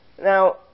now